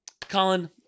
Colin